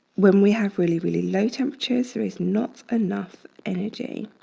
when we have really, really low temperatures, there is not enough energy.